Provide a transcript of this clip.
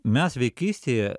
mes vaikystėje